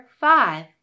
five